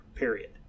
Period